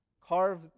carve